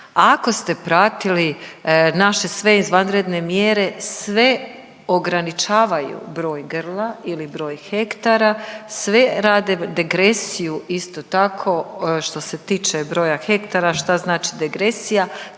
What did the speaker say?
Ako ste pratili naše sve izvanredne mjere sve ograničavaju broj grla ili broj hektara, sve rade degresiju isto tako što se tiče broja hektara. Šta znači degresija?